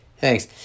thanks